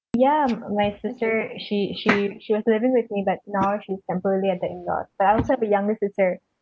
ya my sister she she she was living with me but now she's temporarily at the in-laws but I also have a younger sister